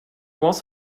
was